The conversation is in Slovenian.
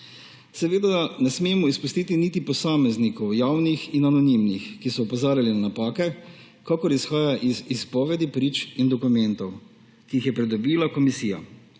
Seveda ne smemo izpustiti niti posameznikov, javnih in anonimnih, ki so opozarjali na napake. Kakor izhaja iz izpovedi prič in dokumentov, ki jih je pridobila komisija,